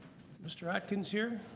mr. atkins here?